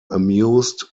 amused